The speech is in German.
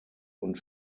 und